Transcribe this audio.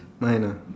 mine ah